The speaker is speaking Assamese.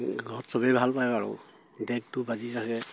ঘৰত চবেই ভাল পায় বাৰু ডেকটো বাজি থাকে